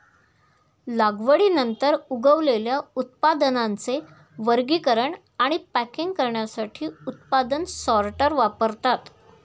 लागवडीनंतर उगवलेल्या उत्पादनांचे वर्गीकरण आणि पॅकिंग करण्यासाठी उत्पादन सॉर्टर वापरतात